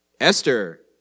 Esther